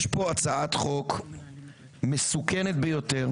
יש פה הצעת חוק מסוכנת ביותר.